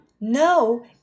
No